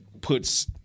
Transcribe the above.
Puts